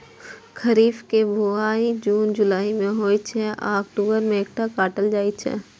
खरीफ के बुआई जुन जुलाई मे होइ छै आ अक्टूबर मे एकरा काटल जाइ छै